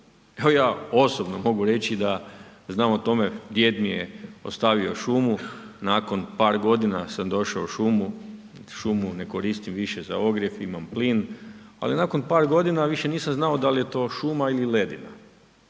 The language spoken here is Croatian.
Evo ja osobno mogu reći da znam o tome, djed mi je ostavio šumu, nakon par godina sam došao u šumu, šumu ne koristim više za ogrjev, imam plin ali nakon par godina, više nisam znao dal je to šuma ili ledina.